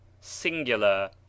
Singular